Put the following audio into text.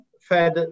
Fed